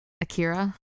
Akira